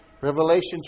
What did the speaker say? Revelation